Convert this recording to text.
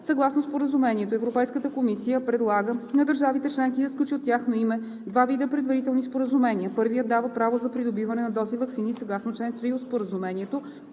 Съгласно Споразумението Европейската комисия предлага на държавите членки да сключи от тяхно име два вида предварителни споразумения. Първият дава право за придобиване на дози ваксини, съгласно чл. 3 от Споразумението,